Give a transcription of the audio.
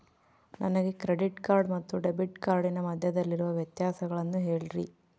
ನನಗೆ credit card ಮತ್ತು debit ಕಾರ್ಡಿನ ಮಧ್ಯದಲ್ಲಿರುವ ವ್ಯತ್ಯಾಸವನ್ನು ಹೇಳ್ರಿ?